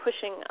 pushing